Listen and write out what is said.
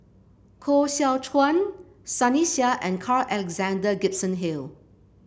Koh Seow Chuan Sunny Sia and Carl Alexander Gibson Hill